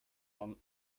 von